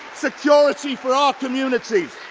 security for our communities!